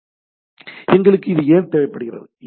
எனவே எங்களுக்கு இது ஏன் தேவைப்பட்டது